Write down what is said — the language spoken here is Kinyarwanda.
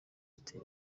ati